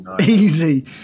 easy